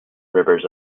rivers